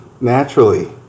naturally